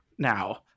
now